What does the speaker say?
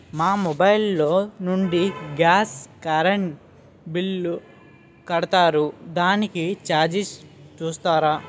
మా మొబైల్ లో నుండి గాస్, కరెన్ బిల్ కడతారు దానికి చార్జెస్ చూస్తారా?